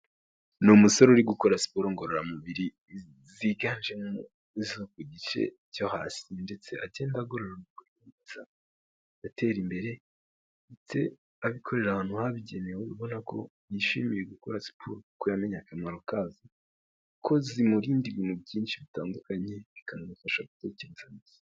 Ni umusore uri gukora siporo ngororamubiri ziganjemo izo ku gice cyo hasi ndetse agenda agorora atera imbere abikorera ahantu habigenewe ubona ko yishimiye gukora siporo kuko yamenye akamaro kazo kuko zimurinda ibintu byinshi bitandukanye bikanamufasha gutekereza neza.